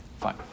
Fine